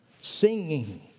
singing